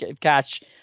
catch